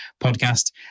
podcast